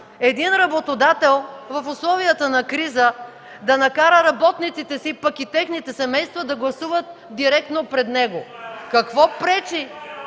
един работодател в условията на криза да накара работниците си, пък и техните семейства, да гласуват директно пред него? (Реплики